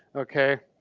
okay.